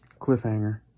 cliffhanger